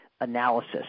analysis